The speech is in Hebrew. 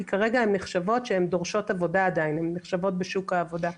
כי כרגע הן עדיין נחשבות בשוק העבודה כדורשות עבודה.